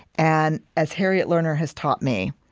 and, as harriet lerner has taught me,